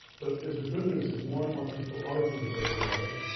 but the good news is more and more people are doing better and better,